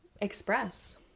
express